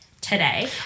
today